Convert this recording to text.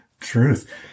Truth